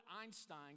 Einstein